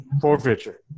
forfeiture